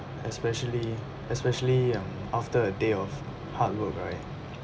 especially especially um after a day of hard work right